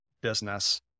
business